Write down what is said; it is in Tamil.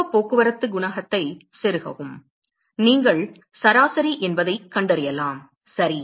வெப்பப் போக்குவரத்து குணகத்தை செருகவும் நீங்கள் சராசரி என்பதைக் கண்டறியலாம் சரி